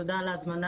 תודה על ההזמנה.